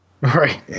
Right